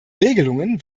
regelungen